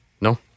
No